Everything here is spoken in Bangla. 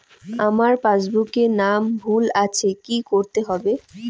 আমার পাসবুকে নাম ভুল আছে কি করতে হবে?